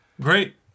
Great